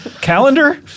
Calendar